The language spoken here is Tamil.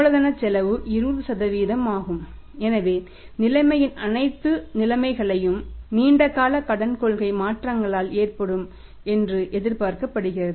மூலதன செலவு 20 ஆகும் எனவே நிலைமையின் அனைத்து நிலைமைகளையும் நீண்ட கால கடன் கொள்கை மாற்றங்களால் ஏற்படும் என்று எதிர்பார்க்கப்படுகிறது